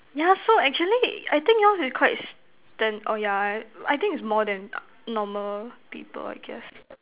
yeah so actually I think yours is quite stand oh yeah I think is more than normal people I guess